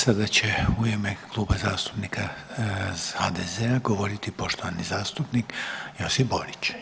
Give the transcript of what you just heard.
Sada će u ime Kluba zastupnika HDZ-a govoriti poštovani zastupnik Josip Borić.